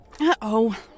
Uh-oh